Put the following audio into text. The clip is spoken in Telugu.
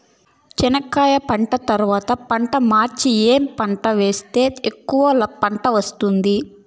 చెనక్కాయ పంట తర్వాత పంట మార్చి ఏమి పంట వేస్తే ఎక్కువగా పంట వస్తుంది?